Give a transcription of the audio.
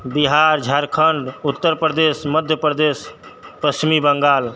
Bihar Jharkhand Uttar Pradesh Madhya Pradesh Paschim Bengal